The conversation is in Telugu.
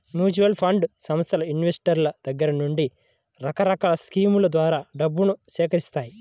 మ్యూచువల్ ఫండ్ సంస్థలు ఇన్వెస్టర్ల దగ్గర నుండి రకరకాల స్కీముల ద్వారా డబ్బును సేకరిత్తాయి